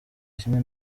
kimwe